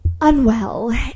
unwell